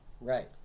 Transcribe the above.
Right